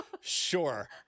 Sure